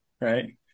right